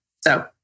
So-